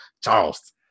Charles